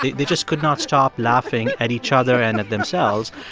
they just could not stop laughing at each other and at themselves.